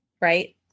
right